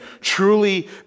truly